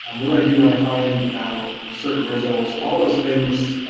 um what do i do when i find certain results? all those things,